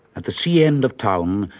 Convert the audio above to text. at the sea-end of town,